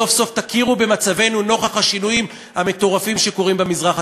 סוף-סוף תכירו במצבנו נוכח השינויים המטורפים שקורים במזרח התיכון.